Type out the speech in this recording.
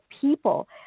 people